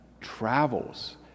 travels